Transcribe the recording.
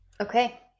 Okay